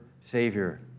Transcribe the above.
Savior